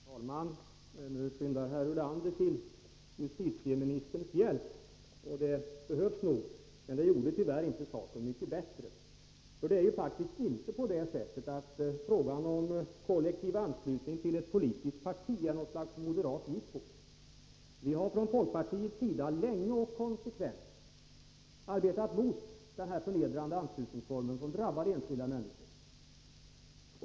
Herr talman! Nu skyndar herr Ulander till justitieministerns hjälp. Det behövs nog, men det gjorde tyvärr inte saken mycket bättre. Det är faktiskt inte på det sättet att frågan om kollektiv anslutning till ett politiskt parti är något slags moderat jippo. Vi har från folkpartiet länge och konsekvent arbetat mot denna förnedrande anslutningsform, som drabbar enskilda människor.